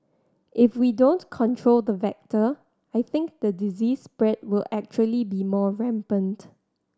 if we don't control the vector I think the disease spread will actually be more rampant